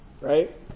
right